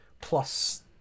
plus